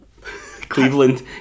Cleveland